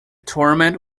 tournament